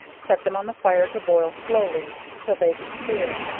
set them on the fire to boil slowly, till they be clear,